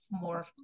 more